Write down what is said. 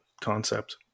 concept